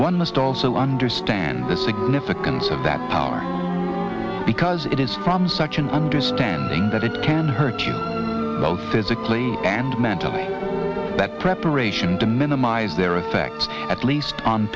one must also understand the significance of that power because it is from such an understanding that it can hurt you both physically and mentally that preparation to minimise their effect at least on